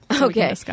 Okay